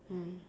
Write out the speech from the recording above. mm